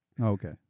Okay